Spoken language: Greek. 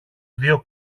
δυο